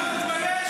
אתה לא מתבייש?